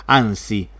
anzi